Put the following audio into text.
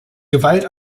gewalt